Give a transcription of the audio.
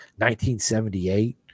1978